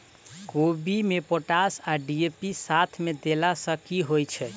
कोबी मे पोटाश आ डी.ए.पी साथ मे देला सऽ की होइ छै?